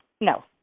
no